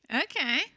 Okay